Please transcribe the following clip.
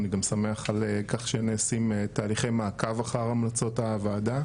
אני גם שמח על כך שנעשים תהליכי מעקב אחר המלצות הוועדה.